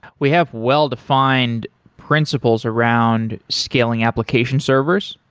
we have well-defined principles around scaling application servers.